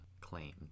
claimed